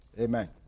Amen